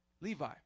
Levi